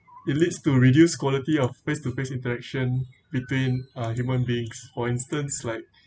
it leads to reduced quality of face to face interaction between uh human beings for instance like